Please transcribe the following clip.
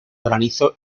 granizo